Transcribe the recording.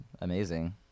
amazing